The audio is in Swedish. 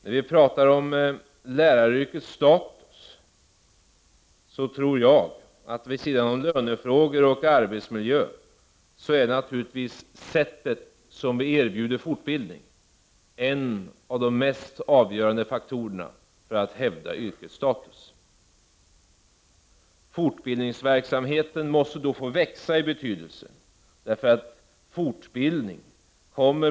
När vi talar om läraryrkets status tror jag att det, vid sidan av lönefrågor och arbetsmiljöfrågor, naturligtvis är det sätt på vilket vi erbjuder fortbildning som är en av de mest avgörande faktorerna när det gäller att hävda yrkets status. Fortbildningsverksamheten måste få växa i betydelse.